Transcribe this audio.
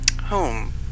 home